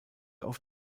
auf